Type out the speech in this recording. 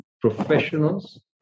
professionals